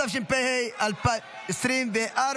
התשפ"ה 2024,